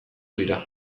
dira